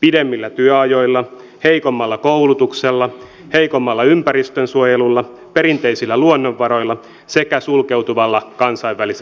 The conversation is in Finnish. pidemmillä työajoilla heikommalla koulutuksella heikommalla ympäristönsuojelulla perinteisillä luonnonvaroilla sekä sulkeutuvalla kansainvälisellä asemalla